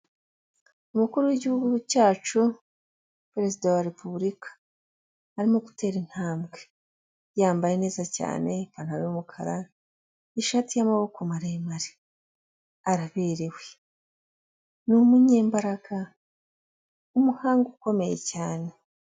Umukuru w'igihugu cyacu perezida wa Repubulika arimo gutera intambwe, yambaye neza cyane ipantaro y'umukara ishati y'amaboko maremare, araberewe, ni umunyembaraga, umuhanga ukomeye cyane.